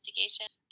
investigation